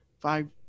Five